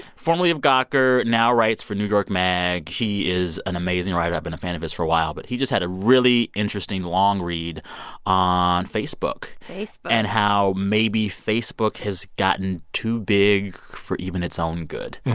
formerly of gawker, now writes for new york mag. he is an amazing writer. i've been a fan of his for a while. but he just had a really interesting long read on facebook. facebook. and how maybe facebook has gotten too big for even its own good.